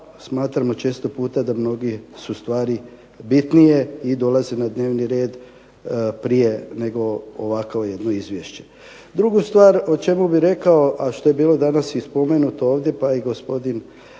smatramo često puta da mnoge su stvari bitnije i dolaze na dnevni red prije nego ovakvo jedno izvješće. Drugu stvar o čemu bi rekao, a što je bilo danas i spomenuto ovdje pa i gospodin